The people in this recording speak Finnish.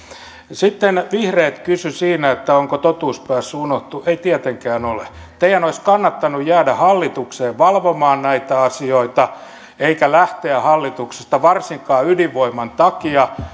sitten vihreät kysyivät siinä onko totuus päässyt unohtumaan ei tietenkään ole teidän olisi kannattanut jäädä hallitukseen valvomaan näitä asioita eikä lähteä hallituksesta varsinkaan ydinvoiman takia